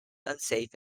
unsafe